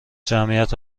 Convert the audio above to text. جمعیت